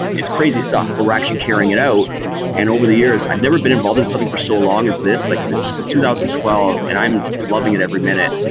it's crazy stuff, but we're actually carrying it out and over the years, i've never been involved in something for so long as this, like this is two thousand and twelve and i'm loving it every minute.